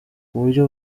uburyo